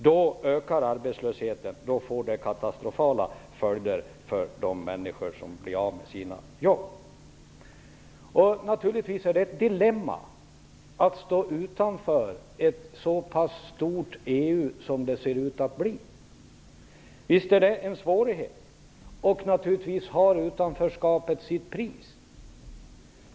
Då ökar arbetslösheten, och det får katastrofala följder för de människor som blir av med sina jobb. Naturligtvis är det ett dilemma att stå utanför ett EU som är så pass stort som det ser ut att bli. Visst är det en svårighet. Naturligtvis har utanförskapet sitt pris.